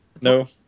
No